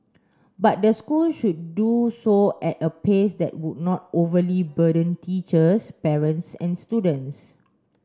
but the school should do so at a pace that would not overly burden teachers parents and students